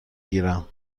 گیرم